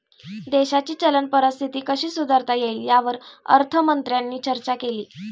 देशाची चलन परिस्थिती कशी सुधारता येईल, यावर अर्थमंत्र्यांनी चर्चा केली